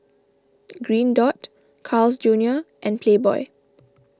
Green Dot Carl's Junior and Playboy